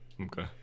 Okay